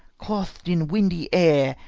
cloth'd in windy air,